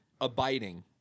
abiding